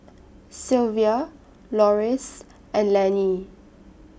Sylvia Loris and Laney